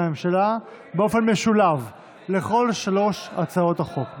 הממשלה באופן משולב על כל שלוש הצעות החוק.